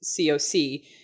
COC